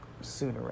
sooner